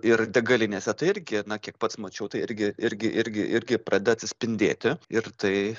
ir degalinėse tai irgi na kiek pats mačiau tai irgi irgi irgi irgi pradeda atsispindėti ir tai